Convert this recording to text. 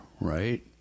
right